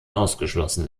ausgeschlossen